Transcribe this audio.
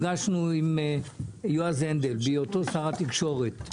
אריה דרעי וליצמן נפגשנו עם יועז הנדל בהיותו שר התקשורת,